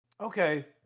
Okay